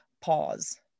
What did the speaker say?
pause